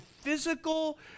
physical